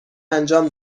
انجام